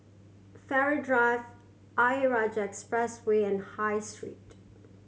Farrer Drive Ayer Rajah Expressway and High Street